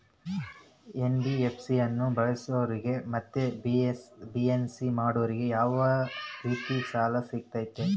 NBFC ಅನ್ನು ಬಳಸೋರಿಗೆ ಮತ್ತೆ ಬಿಸಿನೆಸ್ ಮಾಡೋರಿಗೆ ಯಾವ ರೇತಿ ಸಾಲ ಸಿಗುತ್ತೆ?